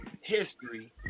history